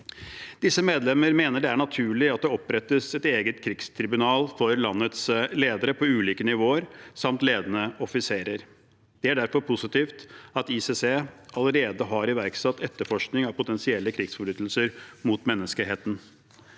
og Rødt mener det er naturlig at det opprettes et eget krigstribunal for landets ledere på ulike nivåer samt ledende offiserer. Det er derfor positivt at ICC allerede har iverksatt etterforskning av potensielle krigsforbrytelser mot menneskeheten.